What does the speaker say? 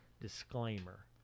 disclaimer